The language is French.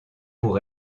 pour